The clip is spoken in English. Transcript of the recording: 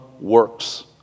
works